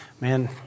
Man